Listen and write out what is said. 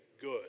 good